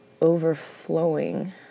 overflowing